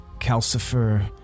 Calcifer